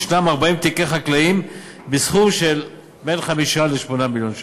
יש 40 תיקי חקלאים בסכום של בין 5 ל-8 מיליון ש"ח.